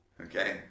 okay